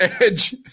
Edge